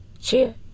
Cheers